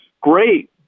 great